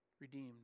Redeemed